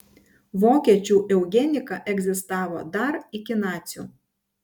vokiečių eugenika egzistavo dar iki nacių